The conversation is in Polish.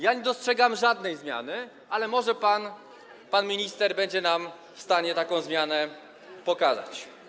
Ja nie dostrzegam żadnej zmiany, ale może pan, panie ministrze, będzie nam w stanie taką zmianę pokazać.